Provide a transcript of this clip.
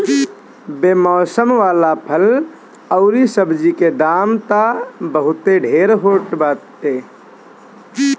बेमौसम वाला फल अउरी सब्जी के दाम तअ बहुते ढेर होत बाटे